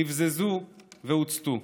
נבזזו והוצתו.